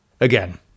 Again